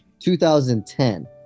2010